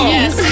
Yes